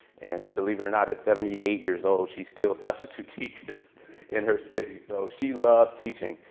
and believe it or not, at seventy eight years old, she still substitute teaches in her city. so she loves teaching.